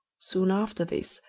soon after this,